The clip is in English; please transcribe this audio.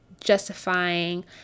justifying